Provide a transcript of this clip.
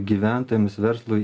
gyventojams verslui